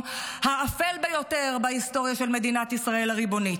האפל ביותר בהיסטוריה של מדינת ישראל הריבונית.